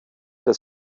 des